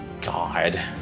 God